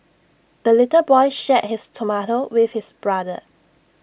the little boy shared his tomato with his brother